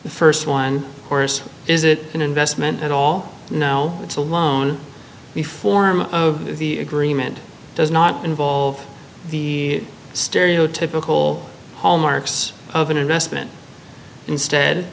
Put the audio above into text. the st one course is it an investment and all now it's a loan the form of the agreement does not involve the stereotypical hallmarks of an investment instead